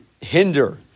hinder